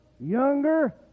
younger